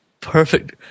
Perfect